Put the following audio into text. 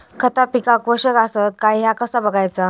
खता पिकाक पोषक आसत काय ह्या कसा बगायचा?